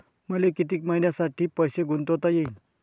मले कितीक मईन्यासाठी पैसे गुंतवता येईन?